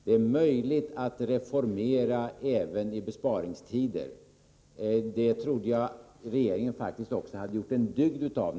Det är möjligt att reformera även i besparingstider. Att eftersträva det trodde jag faktiskt var något som regeringen hade gjort en dygd av.